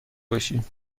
باشی